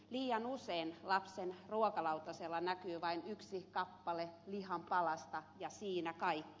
liian usein lapsen ruokalautasella näkyy vain yksi lihanpalan kappale ja siinä kaikki